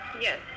Yes